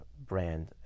brand